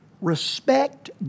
respect